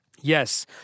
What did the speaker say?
Yes